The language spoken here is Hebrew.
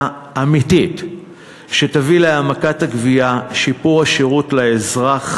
אמיתית שתביא להעמקת הגבייה ולשיפור השירות לאזרח.